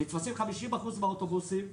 נתפסים 50% מהאוטובוסים,